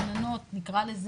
גננות נקרא לזה,